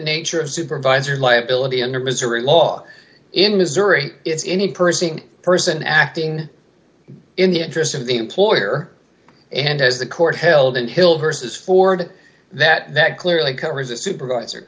nature of supervisor liability under missouri law in missouri is any pursing person acting in the interest of the employer and has the court held until versus ford that clearly covers a supervisor